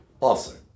awesome